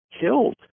killed